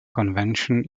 convention